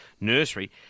nursery